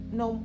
no